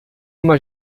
uma